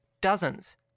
Dozens